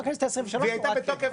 בכנסת העשרים-ושלוש הוראת קבע.